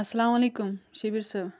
اسلام علیکم شبیٖر صوب